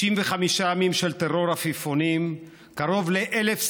95 ימים של טרור עפיפונים, קרוב ל-1,000 שרפות,